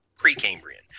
pre-cambrian